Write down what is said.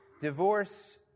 Divorce